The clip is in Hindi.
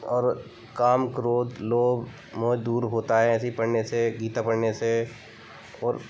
और काम क्रोध लोभ मोह दूर होता है ऐसी पढ़ने से गीता पढ़ने से और